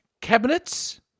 cabinets